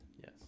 Yes